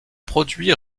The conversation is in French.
produits